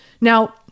Now